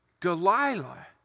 Delilah